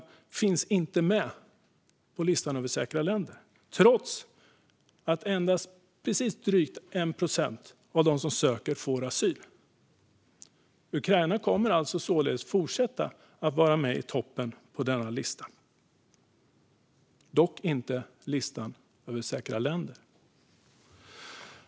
Det finns inte med på listan över säkra länder, trots att endast drygt 1 procent av dem som söker får asyl. Ukraina kommer således att fortsätta att vara med i toppen på listan över ursprungsländer, dock inte på listan över säkra länder.